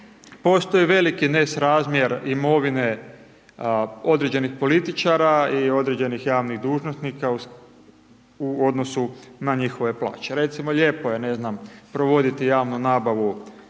postoji veliki nesrazmjer imovine određenih političara i određenih javnih dužnosnika u odnosu na njihove plaće. Recimo lijepo je ne znam provoditi javnu nabavu